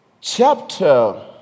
chapter